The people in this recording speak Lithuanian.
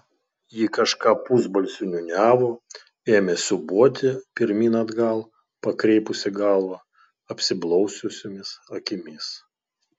ji kažką pusbalsiu niūniavo ėmė siūbuoti pirmyn atgal pakreipusi galvą apsiblaususiomis akimis